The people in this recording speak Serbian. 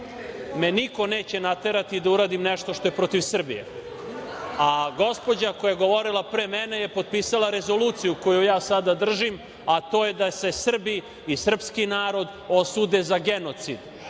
me niko neće naterati da uradim nešto što je protiv Srbije.9/2 VS/MJGospođa koja je govorila pre mene je potpisala rezoluciju koju ja sada držim, a to je da se Srbi i srpski narod osude za genocid.